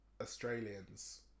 Australians